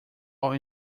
our